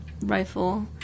Rifle